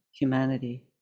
humanity